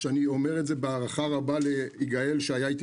ואני אומר את זה בהערכה רבה ליגאל שהיה איתי